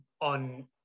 on